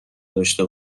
داشته